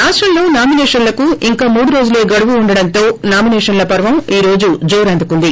రాష్టంలో నామినేషన్నకు ఇంకా ముడురోజులే గడువు ఉండడంతో నామినేషన్న పర్వం ఈ రోజు జోరెందుకుంది